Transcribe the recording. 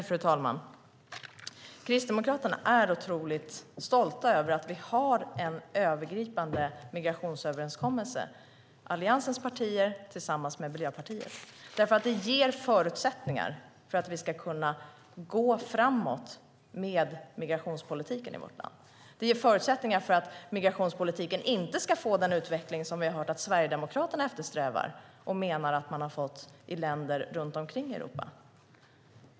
Fru talman! Kristdemokraterna är stolta över att vi har en övergripande migrationsöverenskommelse mellan Alliansens partier och Miljöpartiet. Det ger förutsättningar för att vi ska kunna gå framåt med migrationspolitiken i vårt land. Det ger förutsättningar för att migrationspolitiken inte ska få den utveckling som vi har hört att Sverigedemokraterna eftersträvar och menar att man har fått i länder runt omkring i Europa.